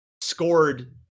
scored